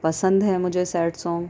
پسند ہے مجھے سیڈ سونگ